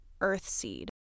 Earthseed